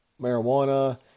marijuana